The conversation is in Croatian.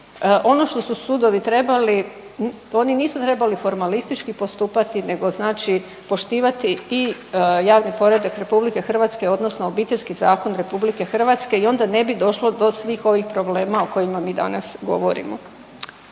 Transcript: ono što su sudovi trebali oni nisu trebali formalistički postupati, nego znači poštivati i javni poredak Republike Hrvatske, odnosno Obiteljski zakon RH i onda ne bi došlo do svih ovih problema o kojima mi danas govorimo.